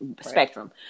spectrum